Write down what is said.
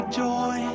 joy